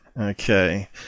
Okay